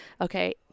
okay